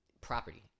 property